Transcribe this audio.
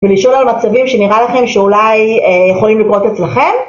ולשאול על מצבים שנראה לכם שאולי יכולים לקרות אצלכם.